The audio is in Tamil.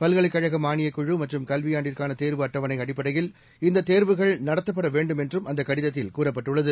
பல்கலைக் கழக மாளியக் குழு மற்றும் கல்வியாண்டுக்கான தேர்வு அட்டவனை அடிப்படையில் இந்த தேர்வுகள் நடத்தப்பட வேண்டும் என்றும் அந்தக் கடிதத்தில் கூறப்பட்டுள்ளது